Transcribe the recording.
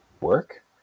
work